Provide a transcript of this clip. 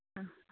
ஆ